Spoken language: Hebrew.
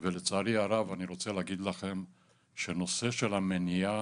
ולצערי הרב, אני רוצה להגיד לכם שנושא של המניעה